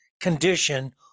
condition